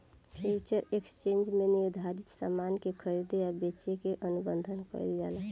future exchange में निर्धारित सामान के खरीदे आ बेचे के अनुबंध कईल जाला